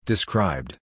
Described